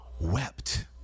wept